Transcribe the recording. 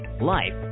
life